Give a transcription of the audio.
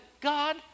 God